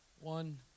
one